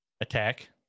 Attack